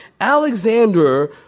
Alexander